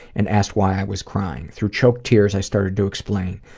and asked why i was crying. through choked tears, i started to explain,